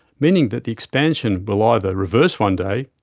meaning that the expansion will either reverse one day,